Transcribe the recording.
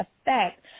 Effect